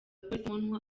polisi